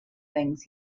things